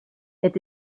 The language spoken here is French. est